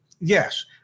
yes